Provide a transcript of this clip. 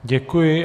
Děkuji.